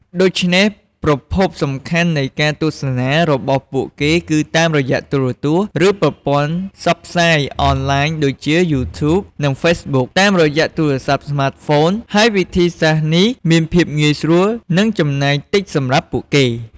ដូច្នេះ ប្រភពសំខាន់នៃការទស្សនារបស់ពួកគេគឺតាមរយៈទូរទស្សន៍ ឬប្រព័ន្ធផ្សព្វផ្សាយអនឡាញ ដូចជា យូធូប និង ហ្វេសប៊ុក តាមរយៈទូរស័ព្ទស្មាតហ្វូន ហើយវិធីសាស្រ្តនេះមានភាពងាយស្រួល និងចំណាយតិចសម្រាប់ពួកគេ។។